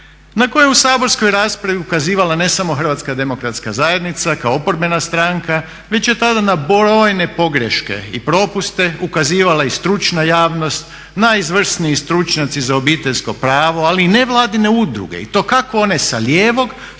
na koje u saborskoj raspravi ukazivala ne samo HDZ kao oporbena stranka, već je tada na brojne pogreške i propuste ukazivala i stručna javnost, najizvrsniji stručnjaci za obiteljsko pravo ali nevladine udruge i to kako one sa lijevog